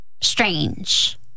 strange